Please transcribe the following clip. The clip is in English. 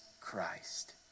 Christ